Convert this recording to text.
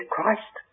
Christ